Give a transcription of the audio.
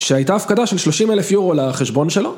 שהייתה הפקדה של 30 אלף יורו לחשבון שלו?